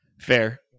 fair